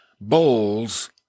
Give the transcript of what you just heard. bowls